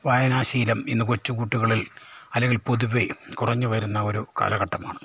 വായനാശീലം ഇന്ന് കൊച്ചുകുട്ടികളിൽ അല്ലെങ്കിൽ പൊതുവെ കുറഞ്ഞു വരുന്ന ഒരു കാലഘട്ടമാണ്